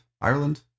ireland